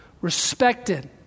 respected